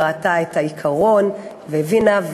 ראתה את העיקרון והבינה,